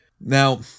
now